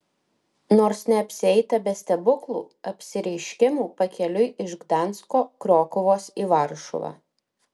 nors neapsieita be stebuklų apsireiškimų pakeliui iš gdansko krokuvos į varšuvą